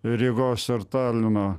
rygos ar talino